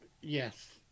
Yes